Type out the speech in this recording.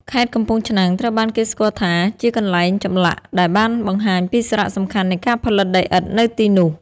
ខេត្តកំពង់ឆ្នាំងត្រូវបានគេស្គាល់ថាជាកន្លែងចម្លាក់ ដែលបានបង្ហាញពីសារៈសំខាន់នៃការផលិតដីឥដ្ឋនៅទីនោះ។